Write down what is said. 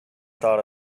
thought